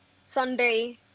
Sunday